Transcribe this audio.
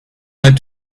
need